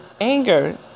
anger